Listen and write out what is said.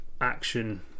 action